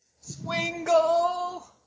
Swingle